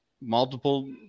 multiple